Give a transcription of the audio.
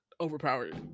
overpowered